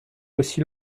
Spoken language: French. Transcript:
aussi